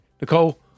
Nicole